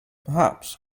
perhaps